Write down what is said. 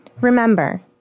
Remember